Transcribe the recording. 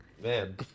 man